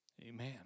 Amen